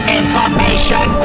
information